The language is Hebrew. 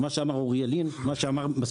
מה שאמר אוריאל לין,